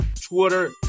Twitter